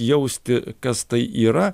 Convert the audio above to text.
jausti kas tai yra